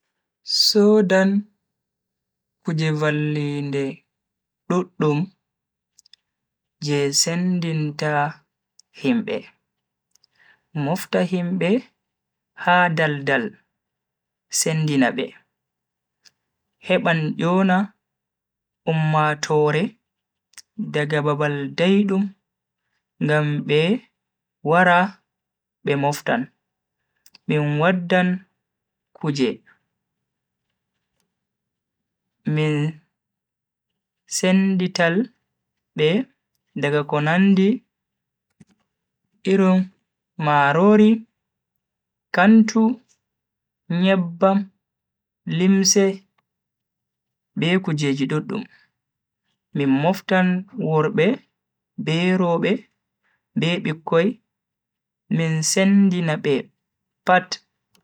Sodan kuje vallinde duddum je sendinta himbe, mofta himbe ha dal-dal sendina be. Heban yona ummatoore daga babal daidum ngam be wara be moftan, min waddan kuje min senditaal be daga ko nandi irin marori, kantu, nyebbam, limse be kujeji duddum. min moftan worbe be robe be bikkoi min sendina be pat.